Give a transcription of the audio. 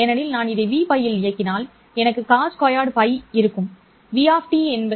ஏனெனில் நான் இதை Vπ இல் இயக்கினால் எனக்கு cos2 have உள்ளது